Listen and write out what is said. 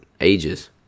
ages